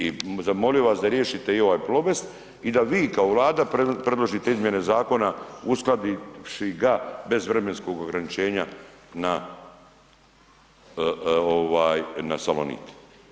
I zamolio bih vas da riješite i ovaj Plobest i da vi kao Vlada predložite izmjene zakona uskladivši ga bez vremenskog ograničenja na ovaj na Salonit.